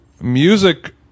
Music